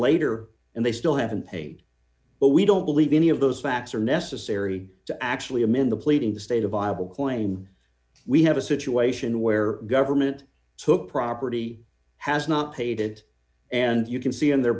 later and they still haven't paid but we don't believe any of those facts are necessary to actually i'm in the pleading to state a viable claim we have a situation where government took property has not paid it and you can see in the